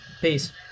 Peace